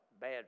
bad